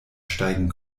steigen